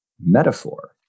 metaphor